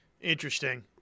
Interesting